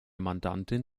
mandantin